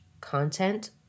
content